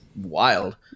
wild